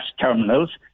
terminals